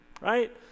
right